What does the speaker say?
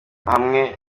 hamwe